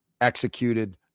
executed